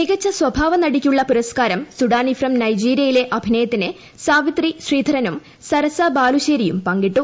മികച്ച സ്വഭാവ നടിക്കുള്ള പുരസ്കാരം സുഡാനി ഫ്രം നൈജീരിയിലെ അഭിനയത്തിന് സാവിത്രി ശ്രീധരനും സരസ ബാലുശ്ശേരിയും പങ്കിട്ടു